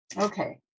Okay